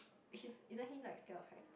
he's isn't he like scared of height